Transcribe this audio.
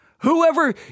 Whoever